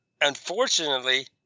unfortunately